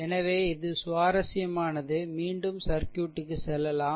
எனவே இது சுவாரஸ்யமானது மீண்டும் சர்க்யூட் க்கு செல்லலாம்